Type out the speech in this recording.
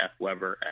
fweber